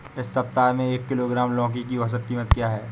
इस सप्ताह में एक किलोग्राम लौकी की औसत कीमत क्या है?